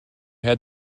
had